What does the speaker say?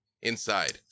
Inside